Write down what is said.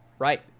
Right